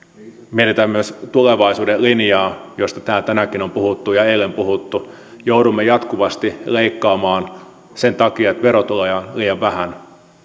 mietitään myös tulevaisuuden linjaa josta täällä tänäänkin on puhuttu ja eilen puhuttu joudumme jatkuvasti leikkaamaan sen takia että verotuloja on liian vähän